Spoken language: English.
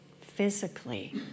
physically